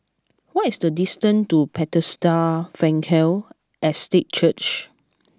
what is the distance to Bethesda Frankel Estate Church